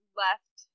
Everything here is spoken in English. left